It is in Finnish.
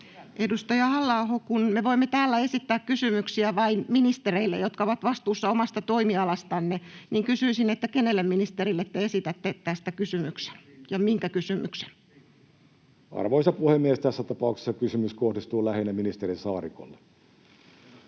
Edustaja Halla-aho, kun me voimme täällä esittää kysymyksiä vain ministereille, jotka ovat vastuussa omasta toimialastaan, niin kysyisin, kenelle ministerille te esitätte tästä kysymyksen ja minkä kysymyksen? [Speech 19] Speaker: Ensimmäinen varapuhemies Tarja